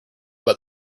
know